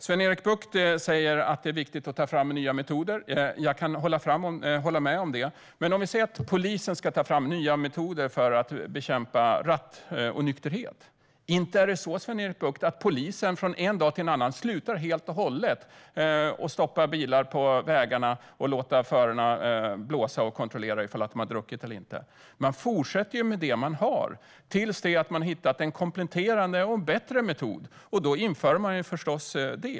Sven-Erik Bucht säger att det är viktigt att ta fram nya metoder. Jag kan hålla med om det. Men om polisen ska ta fram nya metoder för att bekämpa rattonykterhet, inte slutar polisen då helt, från en dag till en annan, med att stoppa bilar på vägarna och låta förarna blåsa för att man ska kontrollera om de har druckit eller inte. Man fortsätter med det man har tills man har hittat en kompletterande och bättre metod. Då inför man den förstås.